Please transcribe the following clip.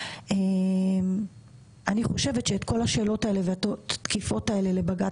אני חושבת שאת כל השאלות האלה והתקיפות האלה לבג"צ